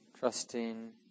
Trusting